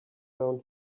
down